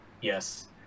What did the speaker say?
Yes